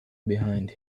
behind